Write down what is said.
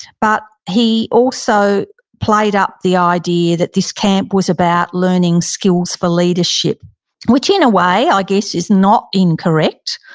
but he also played up the idea that this camp was about learning skills for leadership, which in a way, i guess, is not incorrect.